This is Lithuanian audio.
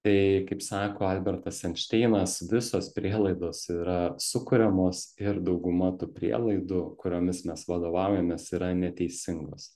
tai kaip sako albertas einšteinas visos prielaidos yra sukuriamos ir dauguma tų prielaidų kuriomis mes vadovaujamės yra neteisingos